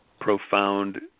profound